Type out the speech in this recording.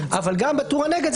אבל גם בטור הנגד,